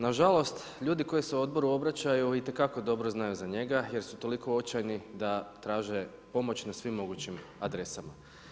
Nažalost, ljudi koji su odboru obraćaju, itekako dobro znaju za njega, jer su toliko očajni, da traže pomoć na svim mogućim adresama.